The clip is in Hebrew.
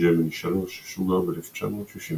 ג'מיני 3, שוגרה ב־1965.